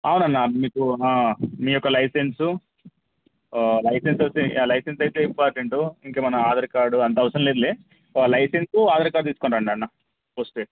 అవునన్నా మీకు మీ యొక్క లైసెన్సు లైసెన్స్ వచ్చి లైసెన్స్ అయితే ఇంపార్టెంటు ఇంకేమైనా ఆధార్ కార్డు అంత అవసరం లేదులే లైసెన్సు ఆధార్ కార్డు తీసుకునిరండన్నా వస్తే